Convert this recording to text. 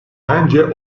bence